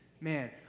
Man